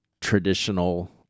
traditional